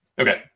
Okay